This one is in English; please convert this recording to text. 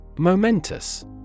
Momentous